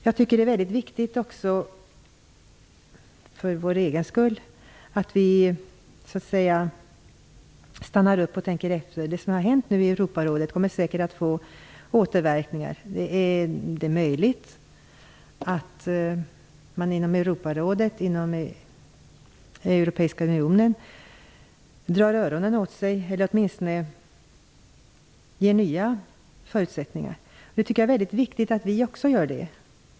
Jag tycker också att det är viktigt att vi, för vår egen skull, stannar upp och tänker efter. Det som nu har hänt i Europarådet kommer säkert att få återverkningar. Det är möjligt att man inom Europarådet, inom den europeiska unionen, drar öronen åt sig eller åtminstone ger nya förutsättningar. Det är väldigt viktigt att vi också gör det.